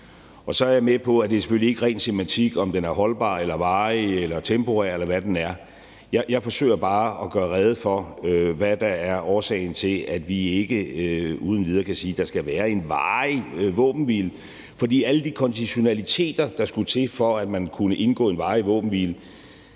Så er jeg med på, at det selvfølgelig ikke er ren semantik, om den er holdbar, varig eller temporær, eller hvad den er. Jeg forsøger bare at gøre rede for, hvad der er årsagen til, at vi ikke uden videre kan sige, at der skal være en varig våbenhvile. For alle de konditionaliteter, der skulle til, for at man kunne indgå en varig våbenhvile,